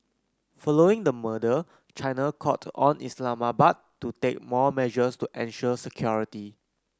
following the murder China called on Islamabad to take more measures to ensure security